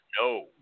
No